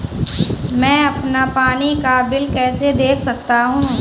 मैं अपना पानी का बिल कैसे देख सकता हूँ?